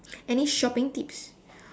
any shopping tips